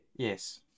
Yes